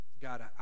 God